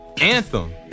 anthem